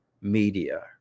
media